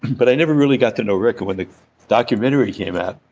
but i never really got to know rick. when the documentary came out,